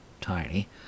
tiny